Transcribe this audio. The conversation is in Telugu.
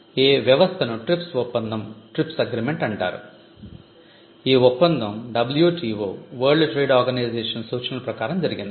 ఈ వ్యవస్థను ట్రిప్స్ ఒప్పందం సూచనల ప్రకారం జరిగింది